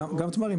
גם תמרים,